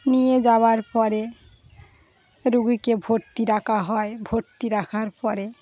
নিয়ে যাওয়ার পরে রোগীকে ভর্তি রাখা হয় ভর্তি রাখার পরে